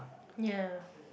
ya